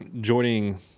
joining